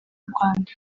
rwanda